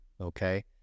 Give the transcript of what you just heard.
okay